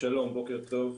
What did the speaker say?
שלום, בוקר טוב.